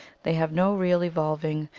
they have no real evolving,